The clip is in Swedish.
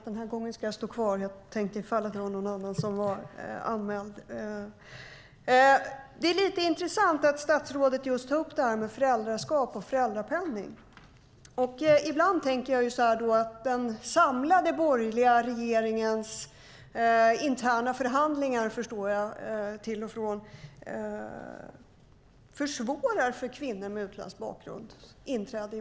Fru talman! Det är intressant att statsrådet tar upp just detta med föräldraskap och föräldrapenning. Ibland tänker jag att den samlade borgerliga regeringens interna förhandlingar försvårar inträdet på arbetsmarknaden för kvinnor med utländsk bakgrund.